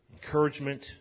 Encouragement